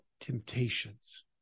temptations